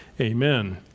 Amen